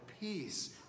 peace